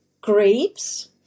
grapes